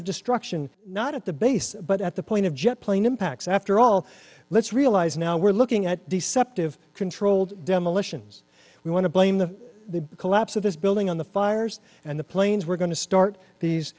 of destruction not at the base but at the point of jet plane impacts after all let's realize now we're looking at deceptive controlled demolitions we want to blame the collapse of this building on the fires and the planes were going to start these